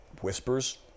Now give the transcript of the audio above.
Whispers